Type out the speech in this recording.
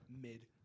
Mid